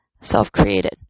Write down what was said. self-created